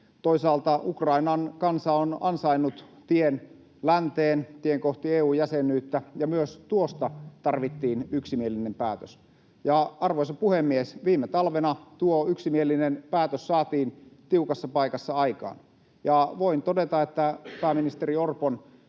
Toisaalta Ukrainan kansa on ansainnut tien länteen, tien kohti EU-jäsenyyttä, ja myös tuosta tarvittiin yksimielinen päätös. Arvoisa puhemies! Viime talvena tuo yksimielinen päätös saatiin tiukassa paikassa aikaan, ja voin todeta, että pääministeri Orpon